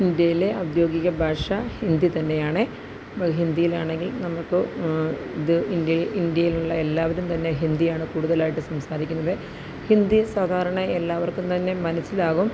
ഇൻഡ്യയിലെ ഔദ്യോഗിക ഭാഷ ഹിന്ദി തന്നെയാണ് ഹിന്ദിയിലാണെങ്കില് നമുക്ക് ഇത് ഇൻഡ്യ ഇൻഡ്യയിലുള്ള എല്ലാവരും തന്നെ ഹിന്ദിയാണ് കൂടുതലായിട്ട് സംസാരിക്കുന്നത് ഹിന്ദി സാധാരണ എല്ലാവര്ക്കും തന്നെ മനസ്സിലാവും